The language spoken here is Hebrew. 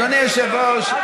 אדוני היושב-ראש,